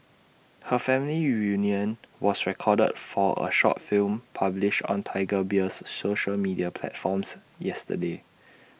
her family reunion was recorded for A short film published on Tiger Beer's social media platforms yesterday